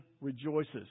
rejoices